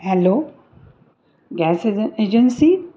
hello gas एज agency